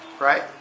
Right